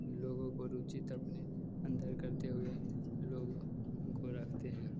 लोगों को रूचित अपने अंदर करते हुए लोग गोरखते हैं